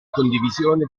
condivisione